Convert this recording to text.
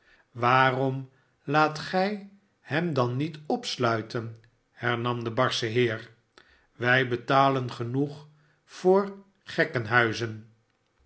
waarom laat gij hem dan niet opsluiten hernam de barsche heer wij betalen genoeg voor gekkenhuizen